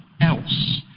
else